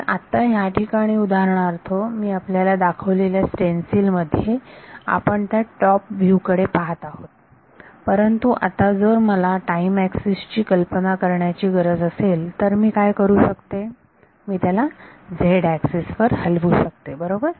तर आत्ता या ठिकाणी उदाहरणार्थ मी आपल्याला दाखवलेल्या स्टेन्सिल मध्ये आपण त्या टॉप व्ह्यू कडे पाहत आहोत परंतु आता जर मला टाईम एक्सिस ची कल्पना करण्याची गरज असेल तर मी काय करू शकते मी त्याला झेड एक्सिस वर हलवू शकते बरोबर